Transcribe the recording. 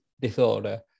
disorder